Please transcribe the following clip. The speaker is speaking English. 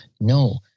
No